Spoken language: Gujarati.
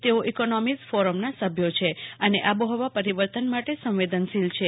તેઓ ઇકોનોમીઝ ફોરમના સભ્યો છે અને આબોહવા પરિવર્તન મોટે સંવેદનશીલ છે